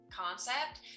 concept